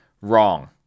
wrong